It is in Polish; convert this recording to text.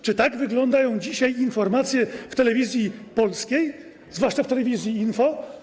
Czy tak wyglądają dzisiaj informacje w Telewizji Polskiej, zwłaszcza w TVP Info?